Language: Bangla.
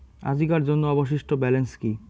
আজিকার জন্য অবশিষ্ট ব্যালেন্স কি?